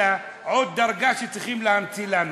אלא עוד דרגה שצריכים להמציא לנו,